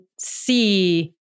see